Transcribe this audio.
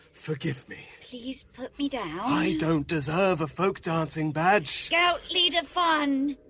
forgive me! please put me down. i don't deserve a folk-dancing badge! scout leader funn.